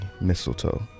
mistletoe